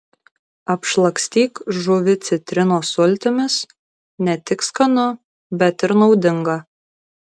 apšlakstyk žuvį citrinos sultimis ne tik skanu bet ir naudinga